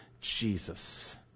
jesus